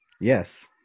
Yes